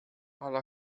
ala